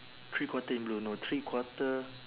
three quarter in blue no three quarter